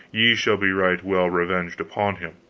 ye shall be right well revenged upon him.